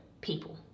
people